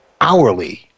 hourly